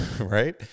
Right